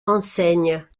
enseigne